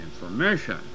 information